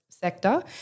Sector